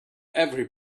every